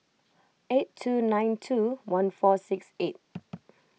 eight two nine two one four six eight